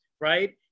right